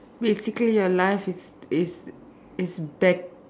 basically your life is is is bad